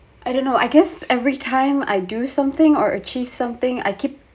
I don't know I guess every time I do something or achieved something I keep